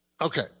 okay